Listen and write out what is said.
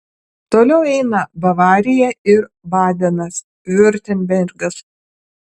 toliau eina bavarija ir badenas viurtembergas